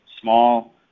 small